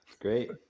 Great